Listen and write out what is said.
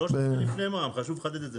13 ₪ לפני מע"מ, חשוב לחדד את זה.